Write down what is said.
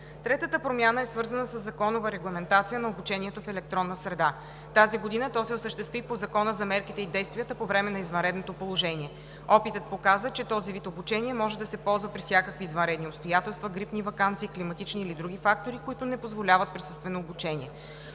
Третата промяна е свързана със законова регламентация на обучението в електронна среда. Тази година то се осъществи по Закона за мерките и действията по време на извънредно положение. Опитът показа, че този вид обучение може да се ползва при всякакви извънредни обстоятелства – грипни ваканции, климатични или други фактори, които не позволяват присъствено обучение.